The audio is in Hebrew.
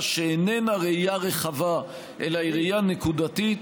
שאיננה ראייה רחבה אלא היא ראייה נקודתית,